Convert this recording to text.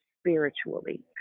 spiritually